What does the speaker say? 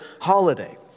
holiday